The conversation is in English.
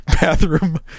bathroom